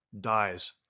dies